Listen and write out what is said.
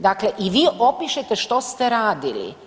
Dakle i vi opišete što ste radili.